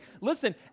Listen